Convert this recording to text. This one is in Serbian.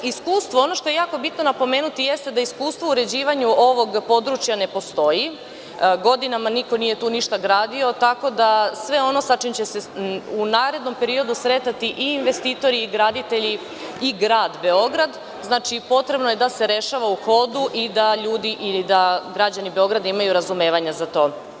Ono što je jako bitno napomenuti jeste da iskustvo u uređivanju ovog područja ne postoji, godinama niko nije ništa gradio, tako da sve ono sa čime će se u narednom periodu sretati i investitori i graditelji i Grad Beograd, potrebno je da se rešava u hodu i da ljudi i građani Beograda imaju razumevanja za to.